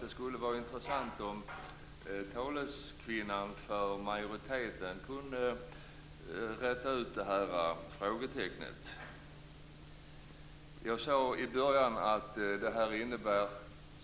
Det skulle vara intressant om taleskvinnan för majoriteten kunde räta ut det frågetecknet. Jag sade i början att detta